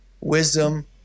Wisdom